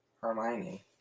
Hermione